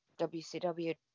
WCW